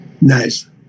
Nice